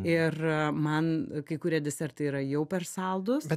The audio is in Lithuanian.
ir man kai kurie desertai yra jau per saldūs